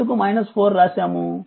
ఎందుకు 4 వ్రాసాము